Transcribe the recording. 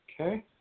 Okay